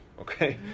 okay